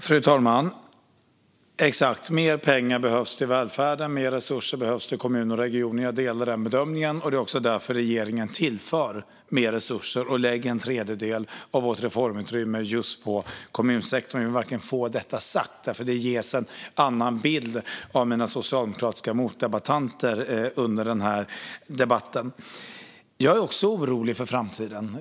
Fru talman! Jag delar bedömningen att mer pengar behövs till välfärden och att mer pengar behövs till kommuner och regioner. Det är också därför som regeringen tillför mer resurser och lägger en tredjedel av vårt reformutrymme just på kommunsektorn. Jag vill verkligen få detta sagt. Det ges nämligen en annan bild av mina socialdemokratiska motdebattörer under denna debatt. Jag är också orolig för framtiden.